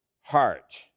heart